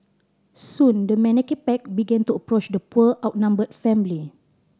soon the menacing pack began to approach the poor outnumbered family